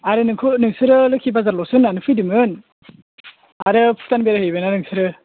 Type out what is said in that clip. आरो नोंसोरो लोखि बाजारल'सो होननानै फैदोंमोन आरो भुटान बेराय हैबायना नोंसोरो